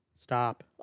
Stop